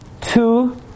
two